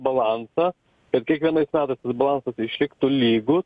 balansą kad kiekvienais metais tas balansas išliktų lygus